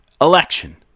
election